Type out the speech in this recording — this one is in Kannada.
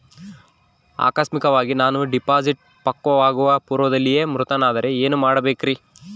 ಆಕಸ್ಮಿಕವಾಗಿ ನಾನು ಡಿಪಾಸಿಟ್ ಪಕ್ವವಾಗುವ ಪೂರ್ವದಲ್ಲಿಯೇ ಮೃತನಾದರೆ ಏನು ಮಾಡಬೇಕ್ರಿ?